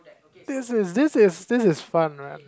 this is this is this is fun run